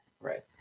Right